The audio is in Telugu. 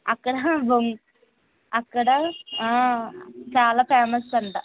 అక్కడ హ అక్కడా చాలా ఫేమస్ అంటా